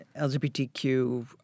LGBTQ